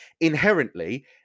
inherently